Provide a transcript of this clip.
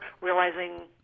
realizing